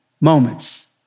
moments